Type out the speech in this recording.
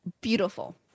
beautiful